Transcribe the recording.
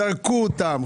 זרקו אותם.